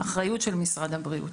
הוא באחריות משרד הבריאות.